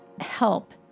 help